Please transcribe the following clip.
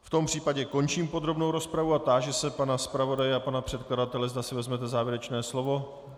V tom případě končím podrobnou rozpravu a táži se pana zpravodaje a pana předkladatele, zda si vezmete závěrečné slovo.